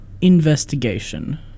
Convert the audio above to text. investigation